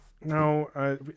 no